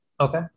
Okay